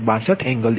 62 angle 108